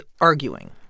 arguing